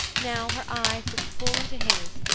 now, her eyes looked full into his,